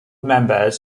members